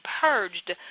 purged